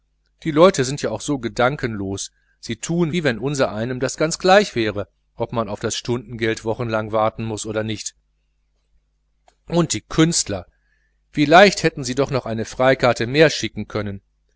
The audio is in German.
die leute sind auch so gedankenlos sie tun wie wenn unser einem das ganz gleich wäre ob man auf das stundenhonorar wochenlang warten muß oder nicht und die künstler wie leicht hätten sie noch eine freikarte mehr schicken können